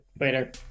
Later